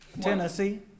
Tennessee